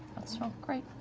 that's not great,